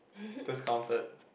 discounted